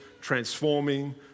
transforming